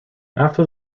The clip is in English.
after